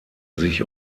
sich